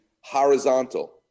horizontal